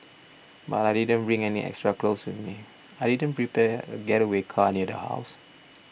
but I didn't bring any extra clothes with me I didn't prepare a getaway car near the house